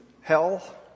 hell